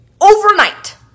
overnight